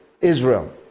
Israel